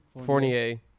Fournier